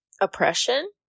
Oppression